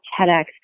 TEDx